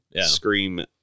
Scream